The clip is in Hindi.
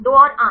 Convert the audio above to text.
2 और 8